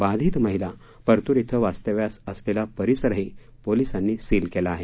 बाधित महिला परतूर इथं वास्तव्यास असलेला परिसरही पोलिसांनी सील केला आहे